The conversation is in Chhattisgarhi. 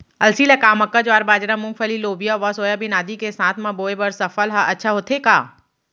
अलसी ल का मक्का, ज्वार, बाजरा, मूंगफली, लोबिया व सोयाबीन आदि के साथ म बोये बर सफल ह अच्छा होथे का?